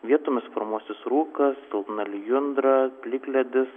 vietomis formuosis rūkas silpna lijundra plikledis